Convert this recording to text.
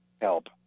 help